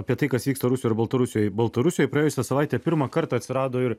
apie tai kas vyksta rusijoje baltarusijoje baltarusijoje praėjusią savaitę pirmą kartą atsirado ir